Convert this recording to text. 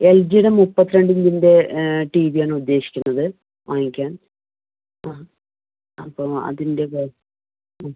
L G യുടെ മുപ്പത്തിരണ്ടിഞ്ചിൻ്റെ T V യാണ് ഉദ്ദേശിക്കുന്നത് വാങ്ങിക്കാൻ ആ അപ്പോൾ അതിൻ്റെ ആ